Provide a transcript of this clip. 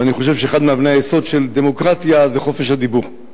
ואני חושב שאחת מאבני היסוד של דמוקרטיה היא חופש הדיבור.